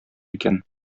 икән